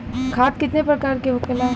खाद कितने प्रकार के होखेला?